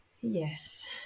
yes